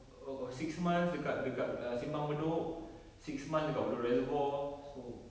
oh oh six months dekat dekat err simpang bedok six months dekat bedok reservoir so